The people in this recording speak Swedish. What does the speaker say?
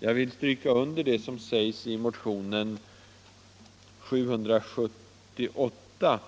Jag vill stryka under det som sägs i motionen 778